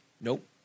Nope